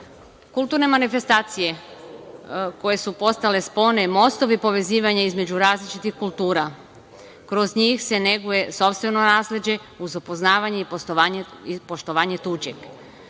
nasleđa. Kulturne manifestacije koje su postale spone i mostovi povezivanja između različitih kultura, kroz njih se neguje sopstveno nasleđe, uz upoznavanje i poštovanje tuđeg.